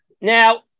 Now